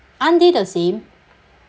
aren't they the same